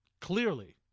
clearly